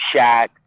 Shaq